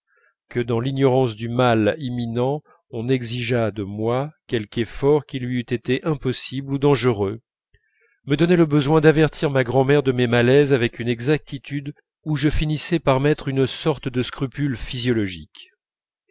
que dans l'ignorance du mal imminent on exigeât de moi quelque effort qui lui eût été impossible ou dangereux me donnait le besoin d'avertir ma grand'mère de mes malaises avec une exactitude où je finissais par mettre une sorte de scrupule physiologique